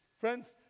Friends